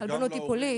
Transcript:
כלבנות טיפולית.